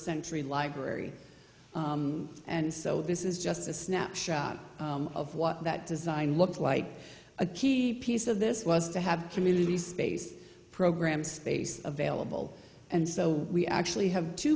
century library and so this is just a snapshot of what that design looks like a key piece of this was to have community space program space available and so we actually